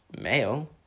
male